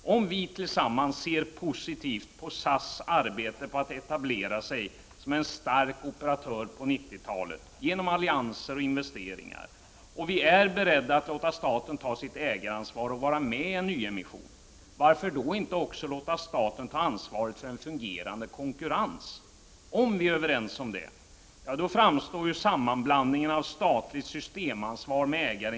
Om vi tillsammans ser positivt på SAS arbete på att etablera sig som en stark operatör på 90-talet, genom allianser och investeringar, och vi är beredda att låta staten ta sitt ägaransvar och vara med i en nyemission, varför då inte Prot. 1989/90:35 också låta staten ta ansvaret för en fungerande konkurrens? Om vi är över — 29 november 1989 ens om det, framstår sammanblandningen av statligt systemansvar med ägar =.